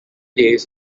days